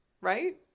right